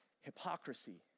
hypocrisy